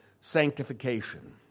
sanctification